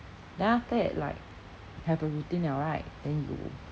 then after that like have a routine liao right then you